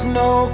no